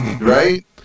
Right